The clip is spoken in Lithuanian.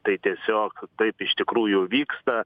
tai tiesiog taip iš tikrųjų vyksta